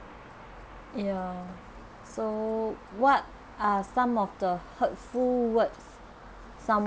ya so what are some of the hurtful words